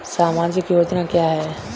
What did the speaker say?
सामाजिक योजना क्या है?